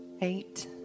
eight